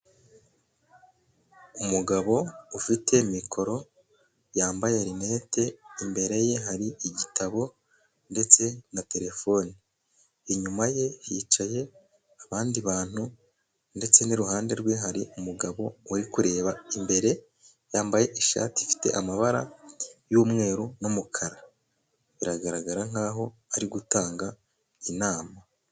Umugabo ufite mikoro yambaye linete imbere ye hari igitabo ndetse na terefone, inyuma ye hicaye abandi bantu ndetse n'iruhande rwe hari umugabo uri kureba imbere yambaye ishati ifite amabara y'umweru n'umukara, biragaragara nk'aho ari gutanga inama.